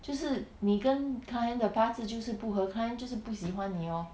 就是你跟 client 的八字就是不和 client 就是不喜欢你 lor